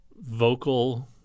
vocal